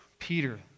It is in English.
Peter